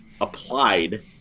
applied